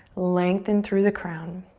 lengthen through the crown.